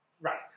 Right